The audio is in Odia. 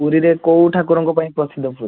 ପୁରୀରେ କୋଉ ଠାକୁରଙ୍କ ପାଇଁ ପ୍ରସିଦ୍ଧ ପୁରୀ